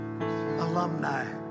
alumni